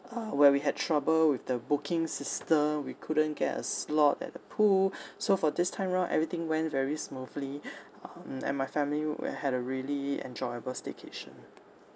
uh where we had trouble with the booking system we couldn't get a slot at the pool so for this time round everything went very smoothly um and my family we had a really enjoyable staycation